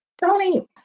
Tony